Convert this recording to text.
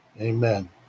Amen